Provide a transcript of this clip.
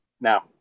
Now